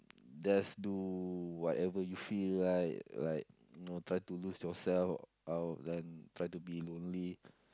just do whatever you feel like like you know try to lose yourself or then try to be lonely